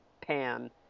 pan